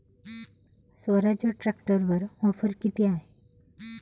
स्वराज्य ट्रॅक्टरवर ऑफर किती आहे?